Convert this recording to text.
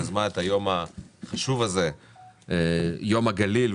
שיזמה את היום החשוב הזה, יום הגליל.